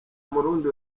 murundi